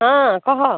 ହଁ କହ